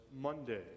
Monday